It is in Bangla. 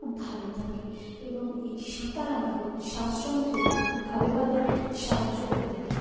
খুব ভাল থাকে এবং এই সাঁতার আমাদের শ্বাসযন্ত্রেও খুব ভালোভাবে সাহায্য করে থাকে